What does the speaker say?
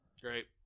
Great